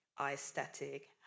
aesthetic